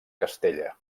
castella